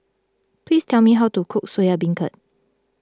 please tell me how to cook Soya Beancurd